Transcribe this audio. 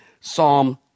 Psalm